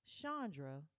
Chandra